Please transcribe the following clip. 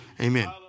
Amen